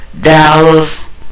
Dallas